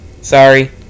Sorry